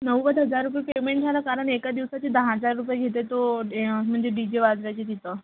नव्वद हजार रुपये पेमेंट झालं कारण एका दिवसाचे दहा हजार रुपये घेते तो म्हणजे डी जे वाजवायचे तिथं